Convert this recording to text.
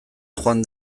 joan